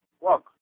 Walk